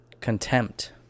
contempt